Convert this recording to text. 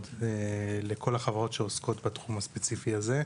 לכל החברות שעוסקות בתחום הספציפי הזה,